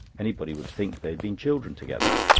anybody would think they had been children together.